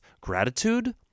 gratitude